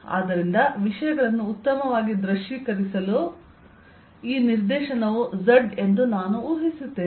ಆದ್ದರಿಂದ ವಿಷಯಗಳನ್ನು ಉತ್ತಮವಾಗಿ ದೃಶ್ಯೀಕರಿಸಲು ಈ ನಿರ್ದೇಶನವು z ಎಂದು ನಾನು ಊಹಿಸುತ್ತೇನೆ